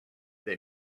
they